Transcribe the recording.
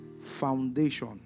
foundation